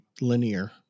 linear